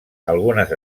algunes